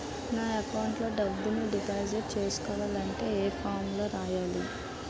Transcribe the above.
నా అకౌంట్ లో డబ్బులు డిపాజిట్ చేసుకోవాలంటే ఏ ఫామ్ లో రాయాలి?